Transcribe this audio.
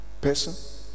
person